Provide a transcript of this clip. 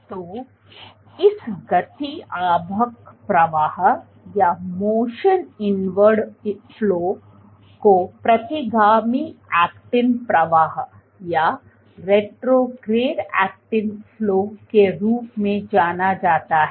तो इस गति आवक प्रवाह को प्रतिगामी एक्टिन प्रवाह के रूप में जाना जाता है